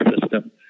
system